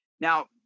Now